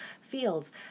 fields